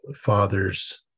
fathers